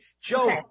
Joe